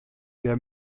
der